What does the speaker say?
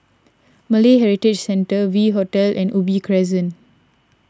Malay Heritage Centre V Hotel and Ubi Crescent